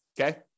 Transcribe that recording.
Okay